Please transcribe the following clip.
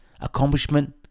accomplishment